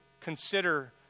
consider